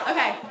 Okay